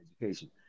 education